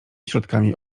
środkami